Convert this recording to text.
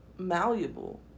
malleable